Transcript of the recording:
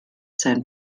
sein